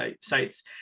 sites